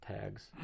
tags